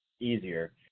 easier